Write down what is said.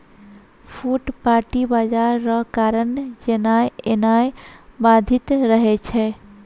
फुटपाटी बाजार रो कारण जेनाय एनाय बाधित रहै छै